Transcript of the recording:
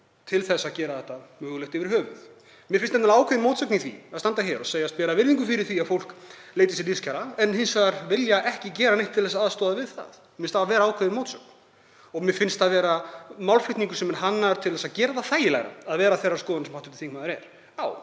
til að gera þetta mögulegt yfir höfuð. Mér finnst nefnilega ákveðin mótsögn í því að standa hér og segjast bera virðingu fyrir því að fólk leiti betri lífskjara en vilja hins vegar ekki gera neitt til þess að aðstoða við það. Mér finnst það vera ákveðin mótsögn. Mér finnst það vera málflutningur sem er hannaður til þess að gera það þægilegra að vera þeirrar skoðanir sem hv. þingmaður er,